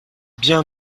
bien